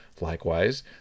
Likewise